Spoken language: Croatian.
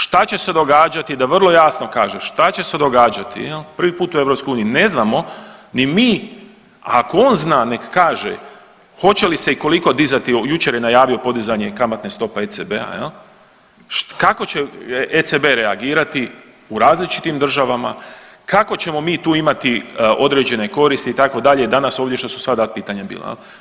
Šta će se događati, da vrlo jasno kaže, šta će se događati jel, prvi put u EU ne znamo ni mi, a ako on zna hoće li se i koliko dizati, jučer je najavio podizanje kamatne stope ECB-a, kako će ECB reagirati u različitim državama, kako ćemo mi tu imati određene koristi itd. i danas ovdje šta su sva ta pitanja bila.